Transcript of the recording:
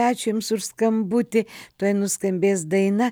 ačiū jums už skambutį tuoj nuskambės daina